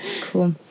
cool